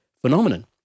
phenomenon